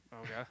Okay